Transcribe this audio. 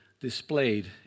displayed